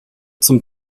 zum